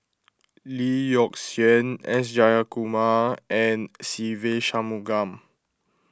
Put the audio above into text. Lee Yock Suan S Jayakumar and Se Ve Shanmugam